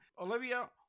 Olivia